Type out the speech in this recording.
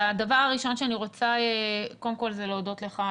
הדבר הראשון שאני רוצה זה קודם כל זה להודות לך,